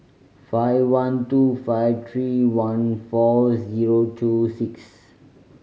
five one two five three one four zero two six